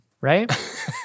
right